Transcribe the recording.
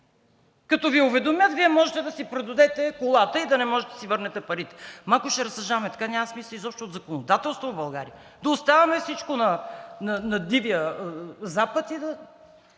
като Ви уведомят, Вие можете да си продадете колата и да не можете да си върнете парите. Малко ще разсъждаваме, така няма смисъл изобщо от законодателство в България, да оставим всичко на Дивия запад и нищо